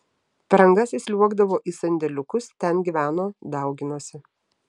per angas įsliuogdavo į sandėliukus ten gyveno dauginosi